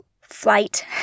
flight